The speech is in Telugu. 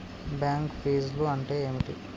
బ్యాంక్ ఫీజ్లు అంటే ఏమిటి?